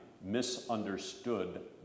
misunderstood